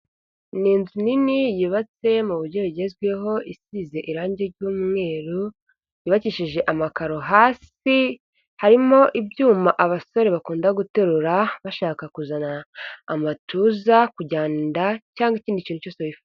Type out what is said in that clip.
Ni inzu nini yubatse mu buryo bugezweho isize irangi ry'umweru yubakishije amakaro hasi harimo ibyuma abasore bakunda guterura bashaka kuzana amatuza, kujyana inda cyangwa ikindi kintu cyose wifuza.